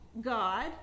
God